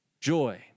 Joy